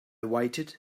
waited